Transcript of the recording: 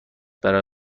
برای